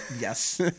yes